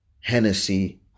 Hennessy